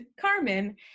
Carmen